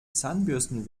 zahnbürsten